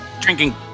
drinking